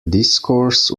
discourse